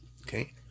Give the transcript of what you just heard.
Okay